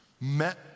met